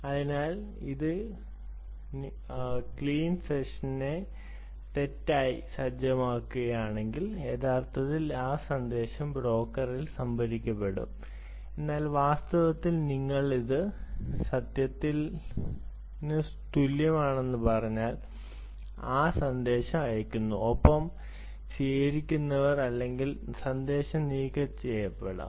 അതിനാൽ നിങ്ങൾ അത് ക്ലീൻ സെഷനെ തെറ്റായി സജ്ജമാക്കുകയാണെങ്കിൽ യഥാർത്ഥത്തിൽ ആ സന്ദേശം ബ്രോക്കറിൽ സംഭരിക്കപ്പെടും എന്നാൽ വാസ്തവത്തിൽ നിങ്ങൾ അത് സത്യത്തിന് തുല്യമാണെന്ന് പറഞ്ഞാൽ ആ സന്ദേശം അയക്കുന്നു സ്വീകരിക്കുന്നവർ ഇല്ലെങ്കിൽ ആ സന്ദേശം നീക്കംചെയ്യാം